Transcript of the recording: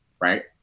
right